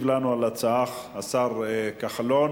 ישיב לנו על ההצעה השר כחלון.